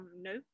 no